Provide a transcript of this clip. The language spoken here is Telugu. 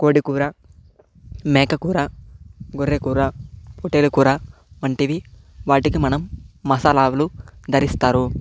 కోడి కూర మేక కూర గొర్రె కూరా పొట్టేల కూర వంటివి వాటికి మనం మసాలాలు ధరిస్తారు